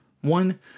One